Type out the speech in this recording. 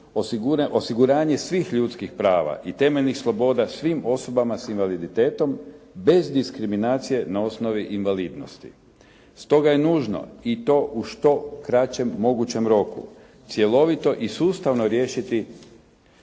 osiguranje svih ljudskih prava i temeljnih sloboda svim osobama s invaliditetom bez diskriminacije na osnovi invalidnosti. Stoga je nužno i u što kraćem mogućem roku cjelovito i sustavno riješiti